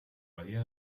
badia